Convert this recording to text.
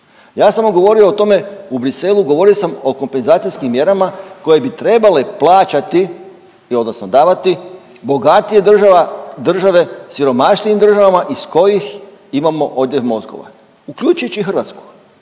Ja sam mu govorio o tome u Bruxellesu, govorio sam o kompenzacijskim mjerama koje bi trebale plaćati, odnosno davati bogatije država, države siromašnijim državama iz kojih imamo odljev mozgova uključujući i Hrvatsku.